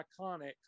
iconic